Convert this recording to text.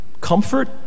comfort